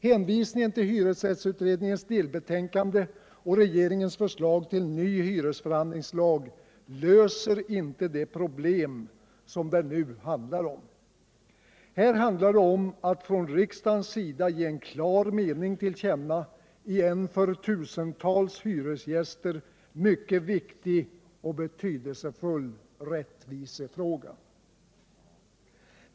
Hänvisningen till hyresrättsutredningens delbetänkande och regeringens förslag till ny hyresförhandlingstag löser inte det problem som det nu handlar om. Här handlar det om att från riksdagens sida ge en klar mening till känna i en för tusentals hyresgäster mycket viktig och betydelsefull rättvisefråga.